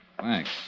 Thanks